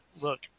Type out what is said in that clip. look